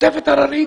תוספת הררית